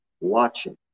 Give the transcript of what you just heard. watching